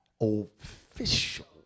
official